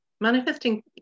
Manifesting